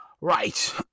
right